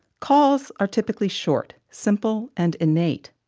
calls are typically short, simple, and innate,